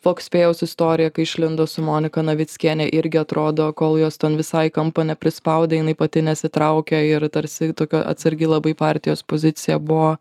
fokspėjaus istorija kai išlindo su monika navickiene irgi atrodo kol jos ten visai į kampą neprispaudė jinai pati nesitraukė ir tarsi tokia atsargi labai partijos pozicija buvo